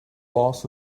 loss